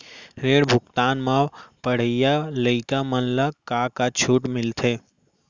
ऋण भुगतान म पढ़इया लइका मन ला का का छूट मिलथे?